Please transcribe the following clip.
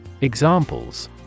Examples